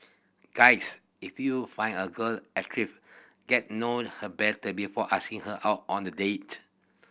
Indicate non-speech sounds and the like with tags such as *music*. guys if you find a girl *unintelligible* get know her better before asking her out on a date